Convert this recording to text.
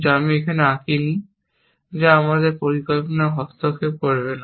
যা আমি এখানে আঁকেনি যা আমাদের পরিকল্পনায় হস্তক্ষেপ করবে না